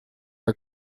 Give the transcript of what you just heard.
are